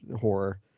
horror